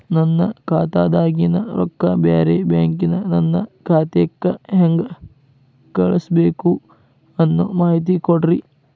ನನ್ನ ಖಾತಾದಾಗಿನ ರೊಕ್ಕ ಬ್ಯಾರೆ ಬ್ಯಾಂಕಿನ ನನ್ನ ಖಾತೆಕ್ಕ ಹೆಂಗ್ ಕಳಸಬೇಕು ಅನ್ನೋ ಮಾಹಿತಿ ಕೊಡ್ರಿ?